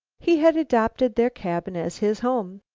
he had adopted their cabin as his home.